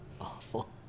awful